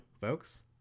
folks